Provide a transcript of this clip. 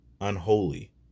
unholy